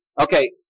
Okay